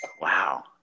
Wow